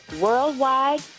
worldwide